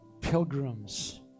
pilgrims